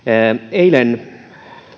eilen